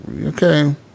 okay